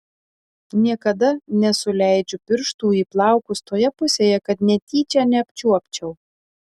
niekada nesuleidžiu pirštų į plaukus toje pusėje kad netyčia neapčiuopčiau